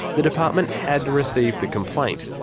the department had received the complaint,